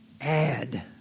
Add